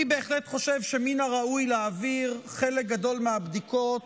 אני בהחלט חושב שמן הראוי להעביר חלק גדול מהבדיקות